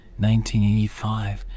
1985